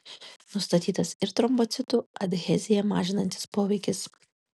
nustatytas ir trombocitų adheziją mažinantis poveikis